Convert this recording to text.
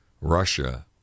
Russia